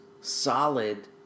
solid